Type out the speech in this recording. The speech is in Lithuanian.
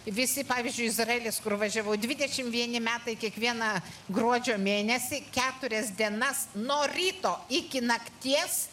visi pavyzdžiui izraelis kur važiavau dvidešimt vieni metai kiekvieną gruodžio mėnesį keturias dienas nuo ryto iki nakties